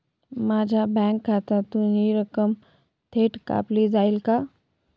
माझ्या बँक खात्यातून हि रक्कम थेट कापली जाईल का?